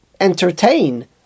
entertain